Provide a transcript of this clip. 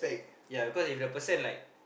ya cause if the person like